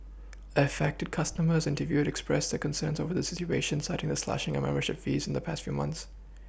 affected customers interviewed expressed their concern over the situation citing the slashing of membership fees in the past few months